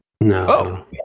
no